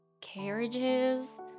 carriages